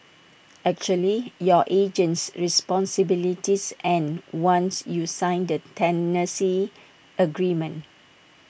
actually your agent's responsibilities end once you sign the tenancy agreement